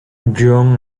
john